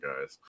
guys